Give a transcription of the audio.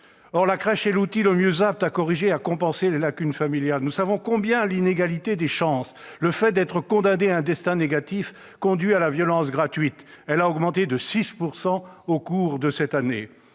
Or la crèche est le meilleur outil pour corriger et compenser les lacunes familiales. Nous savons combien l'inégalité des chances et le fait d'être condamné à un destin négatif conduisent à la violence gratuite : celle-ci a augmenté de 6 % au cours de cette année.